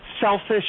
selfish